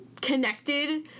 connected